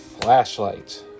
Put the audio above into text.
Flashlight